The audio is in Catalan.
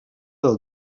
del